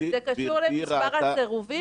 גברתי ראתה --- זה קשור למספר הסירובים